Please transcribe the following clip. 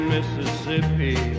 Mississippi